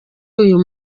uyu